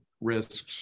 risks